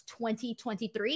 2023